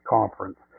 Conference